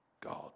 God